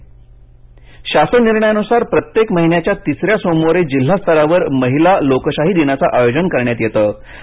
चंद्रपूर शासन निर्णयानुसार प्रत्येक महिन्याच्या तिसऱ्या सोमवारी जिल्हा स्तरावर महिला लोकशाही दिनाचे आयोजन करण्यात येत असते